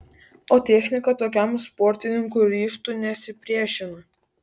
o technika tokiam sportininkų ryžtui nesipriešino